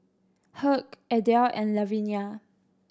Hugh Adele and Lavinia